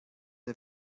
der